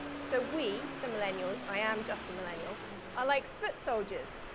so we, the millennials i am just a millennial are like foot soldiers,